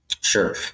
Sure